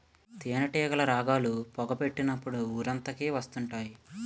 తేనేటీగలు రాగాలు, పొగ పెట్టినప్పుడు ఊరంతకి వత్తుంటాయి